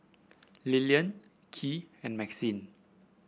Lilian Kylee and Maxine